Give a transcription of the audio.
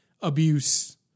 abuse